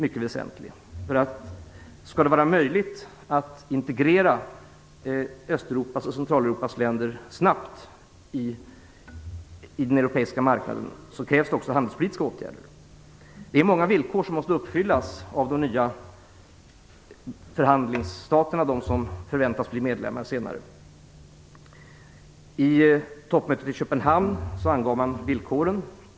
Skall det vara möjligt att integrera Öst och Centraleuropas länder snabbt på den europeiska marknaden krävs också handelspolitiska åtgärder. Det är många villkor som måste uppfyllas av de nya förhandlingsstaterna, de som förväntas bli medlemmar senare. Vid toppmötet i Köpenhamn angavs villkoren.